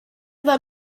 that